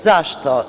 Zašto?